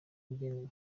ugenewe